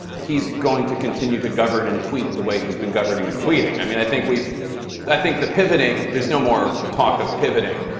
he's going to continue to govern and tweet the way he's been governing and tweeting. i mean, i think we've but i think the pivoting there is no more talk of pivoting.